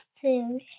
food